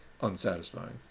unsatisfying